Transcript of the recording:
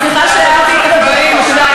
סליחה שהערתי את הדברים.